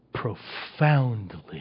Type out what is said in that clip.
Profoundly